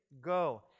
Go